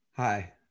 Hi